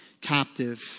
captive